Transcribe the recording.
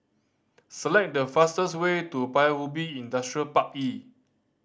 select the fastest way to Paya Ubi Industrial Park E